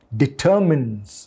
determines